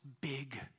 big